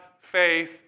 faith